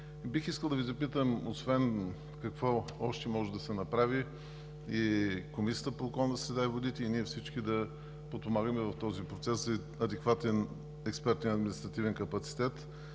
Бих искал да Ви запитам: какво още може да се направи и Комисията по околна среда и водите и всички да подпомагаме този процес за адекватен експертен и административен капацитет?